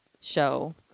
show